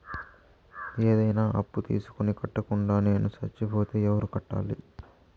ఏదైనా అప్పు తీసుకొని కట్టకుండా నేను సచ్చిపోతే ఎవరు కట్టాలి?